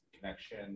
connection